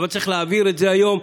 אבל צריך להעביר את זה היום.